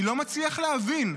אני לא מצליח להבין,